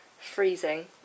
freezing